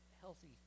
healthy